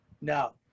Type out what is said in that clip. No